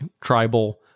tribal